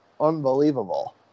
unbelievable